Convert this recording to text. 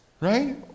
Right